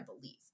believe